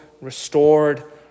restored